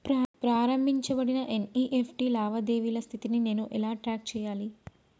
ప్రారంభించబడిన ఎన్.ఇ.ఎఫ్.టి లావాదేవీల స్థితిని నేను ఎలా ట్రాక్ చేయాలి?